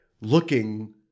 looking